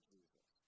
Jesus